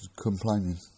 complaining